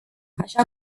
așa